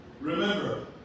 Remember